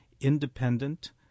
independent